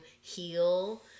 heal